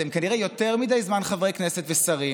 אתם כנראה יותר מדי זמן חברי כנסת ושרים